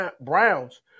Browns